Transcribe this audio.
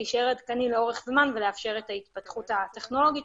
להישאר עדכני לאורך זמן ולאפשר את ההתפתחות הטכנולוגית.